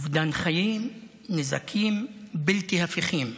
אובדן חיים, בנזקים בלתי הפיכים,